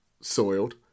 soiled